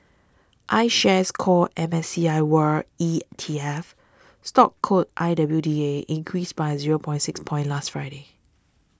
iShares Core M S C I world E T F stock code I W D A increased by zero point six points last Friday